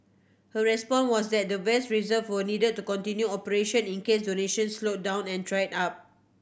her response was that the vast reserves were needed to continue operation in case donations slowed down or dried up